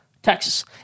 Texas